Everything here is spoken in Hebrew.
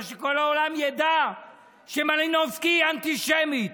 אבל שכל העולם ידע שמלינובסקי היא אנטישמית.